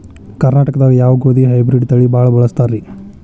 ಕರ್ನಾಟಕದಾಗ ಯಾವ ಗೋಧಿ ಹೈಬ್ರಿಡ್ ತಳಿ ಭಾಳ ಬಳಸ್ತಾರ ರೇ?